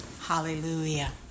Hallelujah